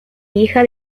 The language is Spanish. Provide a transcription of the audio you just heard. hija